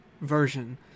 version